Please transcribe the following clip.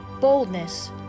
boldness